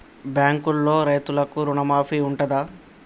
బ్యాంకులో రైతులకు రుణమాఫీ ఉంటదా?